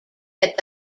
that